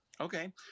Okay